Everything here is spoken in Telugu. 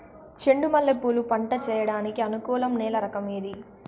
చెండు మల్లె పూలు పంట సేయడానికి అనుకూలం నేల రకం ఏది